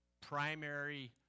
primary